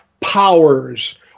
powers